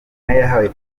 yahawe